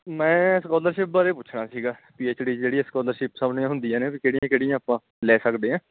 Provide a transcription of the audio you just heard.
ਮੈਂ ਸਕੋਲਰਸ਼ਿਪ ਬਾਰੇ ਪੁੱਛਣਾ ਸੀਗਾ ਪੀ ਐੱਚ ਡੀ ਜਿਹੜੀ ਆ ਸਕੋਲਰਸ਼ਿਪ ਸਭ ਲਈ ਹੁੰਦੀਆਂ ਨੇ ਕਿਹੜੀਆਂ ਕਿਹੜੀਆਂ ਆਪਾਂ ਲੈ ਸਕਦੇ ਹਾਂ